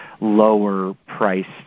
lower-priced